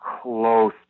close